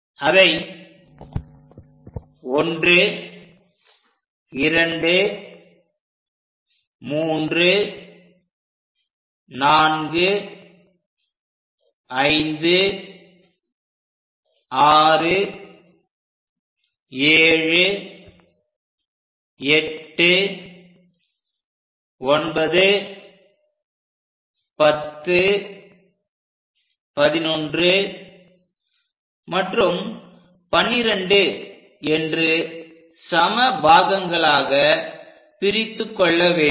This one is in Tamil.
அதை 1 2 3 4 5 6 7 8 9 10 11 மற்றும் 12 என்று சம பாகங்களாக பிரித்துக் கொள்ள வேண்டும்